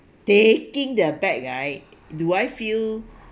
taking the bag right do I feel